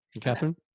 Catherine